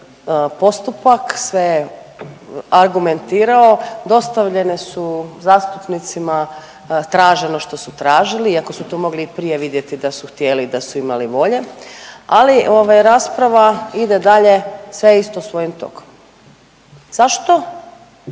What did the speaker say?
postupak, sve je argumentirao, dostavljene su zastupnicama traženo što su tražili iako su to mogli i prije vidjeti da su htjeli i da su imali volje, ali ovaj rasprava ide dalje sve je isto svojim tokom. Zašto